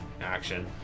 action